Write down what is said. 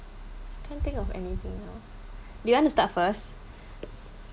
can't think of anything now do you want to start first